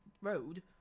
road